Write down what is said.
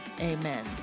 amen